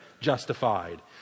justified